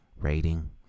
rating